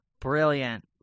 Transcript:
brilliant